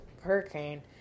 hurricane